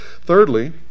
Thirdly